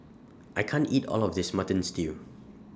I can't eat All of This Mutton Stew